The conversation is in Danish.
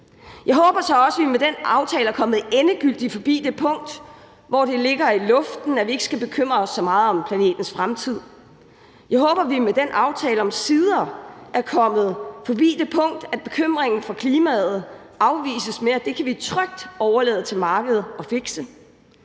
Jeg håber så også, at vi med den aftale er kommet endegyldigt forbi det punkt, hvor det ligger i luften, at vi ikke skal bekymre os så meget om planetens fremtid. Jeg håber, at vi med den aftale omsider er kommet forbi det punkt, hvor bekymringen for klimaet afvises med, at det kan vi trygt overlade til markedet at fikse.